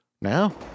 Now